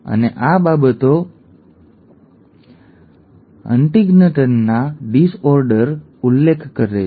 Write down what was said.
અને આ બાબતો હન્ટિંગ્ટનના ડિસઓર્ડરનો ઉલ્લેખ કરે છે